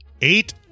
Eight